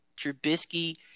Trubisky